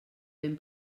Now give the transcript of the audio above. ben